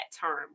term